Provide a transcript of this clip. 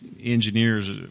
engineers